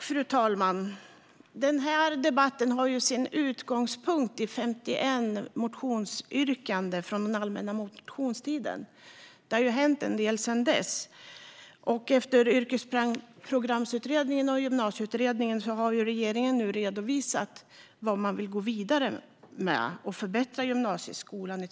Fru talman! Den här debatten har sin utgångspunkt i 51 motionsyrkanden från den allmänna motionstiden. Det har ju hänt en del sedan dess. Efter Yrkesprogramsutredningen och Gymnasieutredningen har regeringen nu i två lagrådsremisser redovisat hur man vill gå vidare för att förbättra gymnasieskolan.